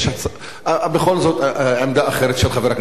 יש בכל זאת עמדה אחרת, של חבר הכנסת טיבי.